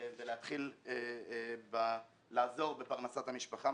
ולהתחיל לעזור בפרנסת המשפחה.